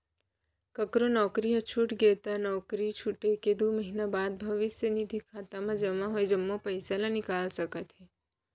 ककरो नउकरी ह छूट गे त नउकरी छूटे के दू महिना बाद भविस्य निधि खाता म जमा होय जम्मो पइसा ल निकाल सकत हे